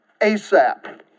ASAP